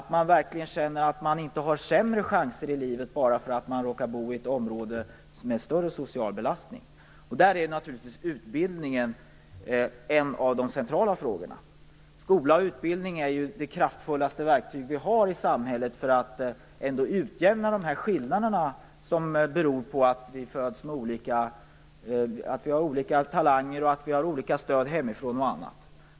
Man skall verkligen känna att man inte har sämre chanser i livet bara därför att man råkar bo i ett område med större social belastning. Utbildningen är naturligtvis en av de centrala frågorna. Skola och utbildning är det kraftfullaste verktyg vi har i samhället för att utjämna de skillnader som beror på att vi har olika talanger, har olika stöd hemifrån osv.